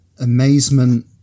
amazement